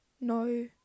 no